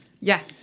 Yes